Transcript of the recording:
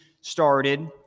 started